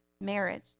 marriage